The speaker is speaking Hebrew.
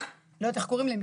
לא יודעת איך קוראים להם,